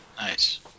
Nice